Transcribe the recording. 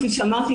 כפי שאמרתי,